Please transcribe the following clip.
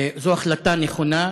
זו החלטה נכונה,